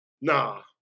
Nah